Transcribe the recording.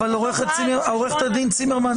עו"ד צימרמן,